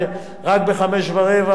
ורק ב-17:15,